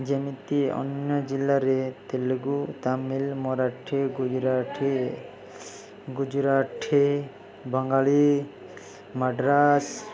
ଯେମିତି ଅନ୍ୟ ଜିଲ୍ଲାରେ ତେଲୁଗୁ ତାମିଲ ମରାଠୀ ଗୁଜୁରାଠୀ ଗୁଜୁରାଠୀ ବଙ୍ଗାଳୀ ମାଡ଼୍ରାସ